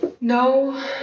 No